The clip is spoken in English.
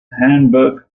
handbook